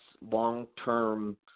long-term